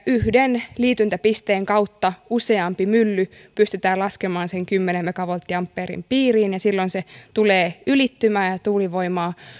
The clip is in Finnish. yhden liityntäpisteen kautta useampi mylly pystytään laskemaan sen kymmenen megavolttiampeerin piiriin ja silloin se tulee ylittymään ja ja tuulivoimaa